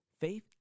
faith